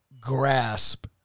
grasp